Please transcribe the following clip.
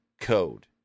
code